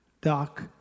Doc